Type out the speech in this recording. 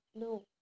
No